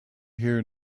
here